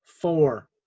four